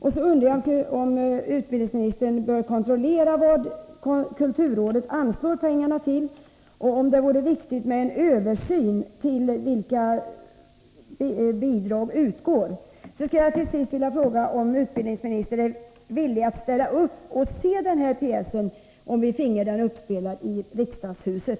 Jag undrar vidare om inte kulturministern bör kontrollera vad kulturrådet anslår pengar till och om det vore angeläget att en översyn görs av vilka bidrag som utgår. Till sist vill jag fråga om kulturministern skulle vara villig att se pjäsen i fråga, om vi finge den uppspelad i riksdagshuset.